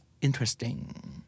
Interesting